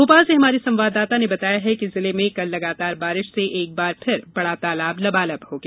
भोपाल से हमारे संवाददाता ने बताया है कि जिले में कल लगातार बारिश से एक बार फिर बड़ा तालाब लबालब हो गया